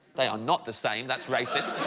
they are not the same that's racist